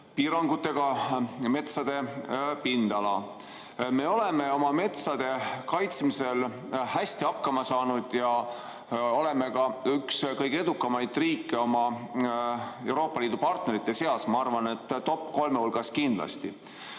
piirangutega metsade pindala. Me oleme oma metsade kaitsmisega hästi hakkama saanud ja oleme üks kõige edukamaid riike oma Euroopa Liidu partnerite seas. Ma arvan, et esikolme hulgas kindlasti.